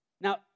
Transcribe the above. Now